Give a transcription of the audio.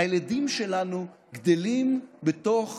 הילדים שלנו גדלים בתוך